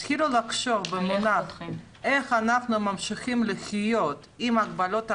תתחילו לחשוב במושגים של איך אנחנו ממשיכים לחיות עם הגבלות הקורונה,